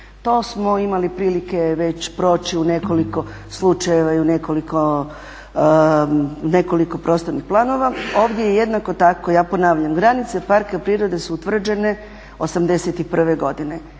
To smo imali prilike već proći u nekoliko slučajeva i u nekoliko prostornih planova. Ovdje je jednako tako, ja ponavljam, granice parka prirode su utvrđene '81. godine.